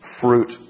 fruit